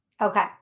Okay